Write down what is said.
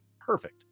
perfect